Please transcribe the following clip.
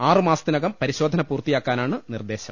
ആറ് മാസത്തിനകം പരിശോധന പൂർത്തിയാക്കാനാണ് നിർദ്ദേശം